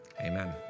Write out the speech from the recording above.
amen